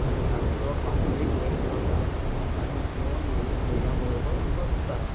आनी सांचो पासयेक वता आनी येवन मागीर भुरग्यां बरोबर बसता